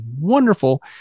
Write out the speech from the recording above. wonderful